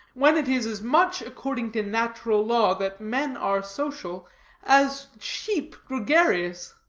when it is as much according to natural law that men are social as sheep gregarious.